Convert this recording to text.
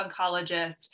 oncologist